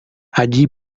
allí